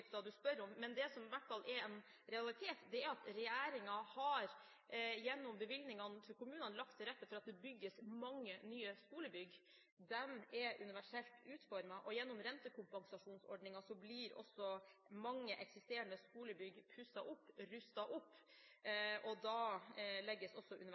forskriften du spør om, men det som i hvert fall er en realitet, er at regjeringen – gjennom bevilgningene til kommunene – har lagt til rette for at det bygges mange nye skolebygg. De er universelt utformet, og gjennom rentekompensasjonsordningen blir også mange eksisterende skolebygg pusset opp, rustet opp, og da legges også